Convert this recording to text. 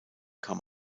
kam